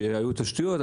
כשהיו תשתיות,